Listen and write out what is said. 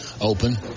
open